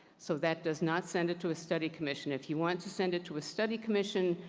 so that does not send it to a study commission. if you want to send it to a study commission,